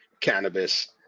cannabis